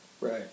Right